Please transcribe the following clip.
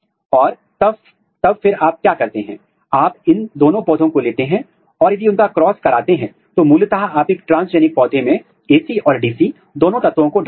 और यह केवल तभी संभव है जब आप जीन के लिए ट्रांसक्रिप्शनल और ट्रांसलेशनल फ्यूजन कंस्ट्रक्ट दोनों का अध्ययन करते हैं